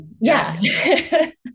Yes